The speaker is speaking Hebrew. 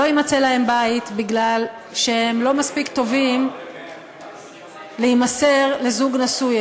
שלא יימצא להם בית בגלל שהם לא מספיק טובים להימסר לזוג נשוי,